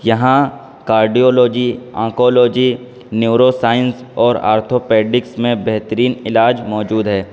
یہاں cardiology oncology neuro science اور orthopaedics میں بہترین علاج موجود ہے